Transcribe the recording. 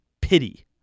pity